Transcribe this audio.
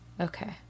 Okay